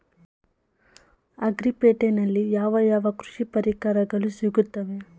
Agri ಪೇಟೆನಲ್ಲಿ ಯಾವ ಯಾವ ಕೃಷಿ ಪರಿಕರಗಳು ಸಿಗುತ್ತವೆ?